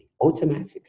automatically